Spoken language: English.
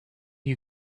you